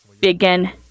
begin